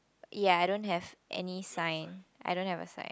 ya I don't have any sign I don't have a sign